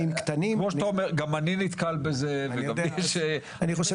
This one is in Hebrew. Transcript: כמו שאתה אומר גם אני נתקל בזה וגם לי יש -- אני חושב